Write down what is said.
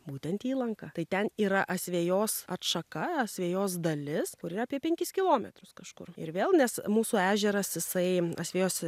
būtent įlanką tai ten yra asvejos atšaka asvejos dalis kurioje kaip penkis kilometrus kažkur ir vėl nes mūsų ežeras jisai asvejos